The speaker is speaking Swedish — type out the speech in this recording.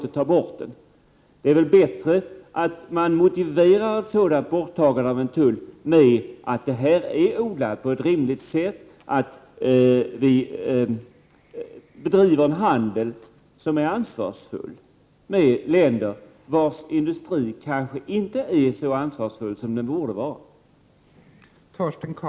Det vore väl bättre om man motiverade borttagandet av tullen med att odlingen sker på ett vettigt sätt. Vi bör bedriva en handel som är ansvarsfull med de länder vars industri kanske inte är så ansvarsfull som den borde vara.